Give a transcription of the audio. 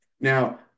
Now